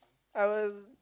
I was